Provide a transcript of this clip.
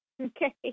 Okay